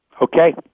Okay